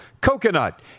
coconut